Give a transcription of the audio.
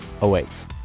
awaits